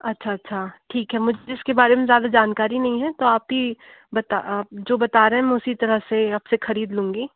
अच्छा अच्छा ठीक है मुझे इसके बारे में ज़्यादा जानकारी नहीं है तो आप ही बात जो बता रहे हैं हम उसी तरह से आप से ख़रीद लूँगी